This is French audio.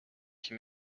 qui